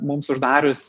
mums uždarius